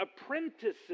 apprentices